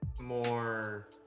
more